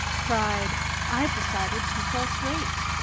cried i've decided to fall straight.